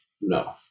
No